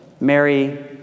Mary